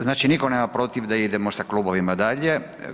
Znači niko nema protiv da idemo sa klubovima dalje.